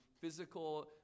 physical